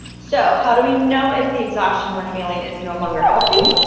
so, how do we know if the exhaustion we're feeling is no longer healthy?